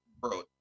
bro